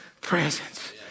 presence